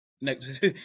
Next